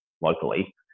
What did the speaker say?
locally